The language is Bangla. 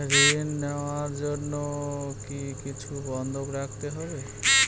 ঋণ নেওয়ার জন্য কি কিছু বন্ধক রাখতে হবে?